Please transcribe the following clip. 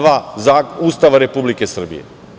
2. Ustava Republike Srbije.